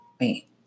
Wait